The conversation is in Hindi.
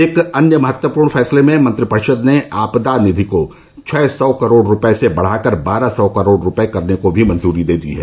एक अन्य महत्वपूर्ण फैसले में मंत्रिपरिषद ने आपदा निधि को छः सौ करोड़ रूपये से बढ़ाकर बारह सौ करोड़ रूपये करने को भी मजूरी दी है